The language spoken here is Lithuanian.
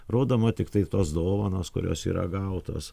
rodoma tiktai tos dovanos kurios yra gautos